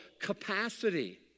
capacity